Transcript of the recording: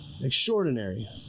extraordinary